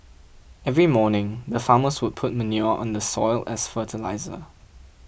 every morning the farmers would put manure on the soil as fertilizer